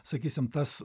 sakysim tas